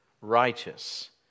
righteous